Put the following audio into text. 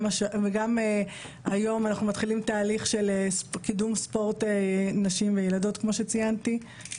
גם היום אנחנו מתחילים תהליך של קידום ספורט נשים וילדות כמו שציינתי.